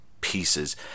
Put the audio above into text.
Pieces